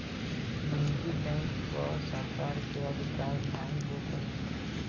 निजी बैंक पअ सरकार के अधिकार नाइ होत हवे